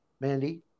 Mandy